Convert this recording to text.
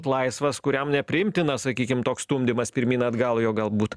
laisvas kuriam nepriimtina sakykim toks stumdymas pirmyn atgal jo galbūt